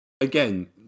again